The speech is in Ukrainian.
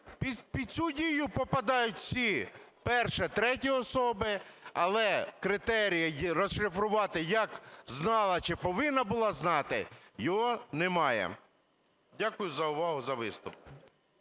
Під цю дію попадають всі: перше – треті особи, але критерії розшифрувати, як знала чи повинна була знати, його немає. Дякую за увагу, за виступ.